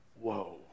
whoa